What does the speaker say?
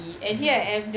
mmhmm